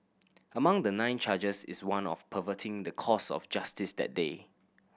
among the nine charges is one of perverting the course of justice that day